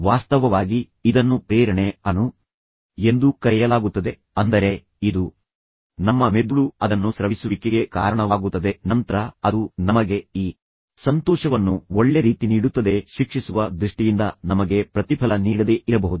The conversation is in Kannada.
ವಾಸ್ತವವಾಗಿ ಇದನ್ನು ಪ್ರೇರಣೆ ಅಣು ಎಂದು ಕರೆಯಲಾಗುತ್ತದೆ ಅಂದರೆ ಇದು ನಮ್ಮ ಮೆದುಳು ಅದನ್ನು ಸ್ರವಿಸುವಿಕೆಗೆ ಕಾರಣವಾಗುತ್ತದೆ ನಂತರ ಅದು ನಮಗೆ ಈ ಸಂತೋಷವನ್ನು ಒಳ್ಳೆ ರೀತಿ ನೀಡುತ್ತದೆ ಶಿಕ್ಷಿಸುವ ದೃಷ್ಟಿಯಿಂದ ನಮಗೆ ಪ್ರತಿಫಲ ನೀಡದೇ ಇರಬಹುದು